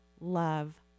love